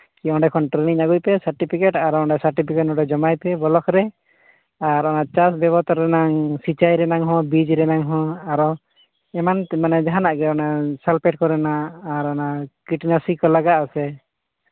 ᱚᱸᱰᱮ ᱠᱷᱚᱱ ᱴᱨᱮᱹᱱᱤᱝ ᱟᱹᱜᱩᱭ ᱯᱮ ᱥᱟᱨᱴᱤᱯᱷᱤᱠᱮᱹᱴ ᱟᱨ ᱚᱸᱰᱮ ᱥᱟᱨᱴᱤᱯᱷᱤᱠᱮᱹᱴ ᱱᱚᱸᱰᱮ ᱡᱚᱢᱟᱭ ᱯᱮ ᱵᱞᱚᱠ ᱨᱮ ᱟᱨ ᱚᱱᱟ ᱪᱟᱥ ᱡᱚᱜᱚᱛ ᱨᱮᱱᱟᱝ ᱥᱤᱪᱟᱭ ᱨᱮᱱᱟᱝ ᱦᱚᱸ ᱵᱤᱡᱽ ᱨᱮᱱᱟᱝ ᱦᱚᱸ ᱟᱨᱚ ᱮᱢᱟᱱ ᱢᱟᱱᱮ ᱡᱟᱦᱟᱱᱟᱜ ᱜᱮ ᱚᱱᱟ ᱥᱟᱞᱯᱷᱮᱹᱴ ᱠᱚᱨᱮᱱᱟᱜ ᱟᱨ ᱚᱱᱟ ᱠᱤᱴᱱᱟᱥᱤ ᱠᱚ ᱞᱟᱜᱟᱜᱼᱟᱥᱮ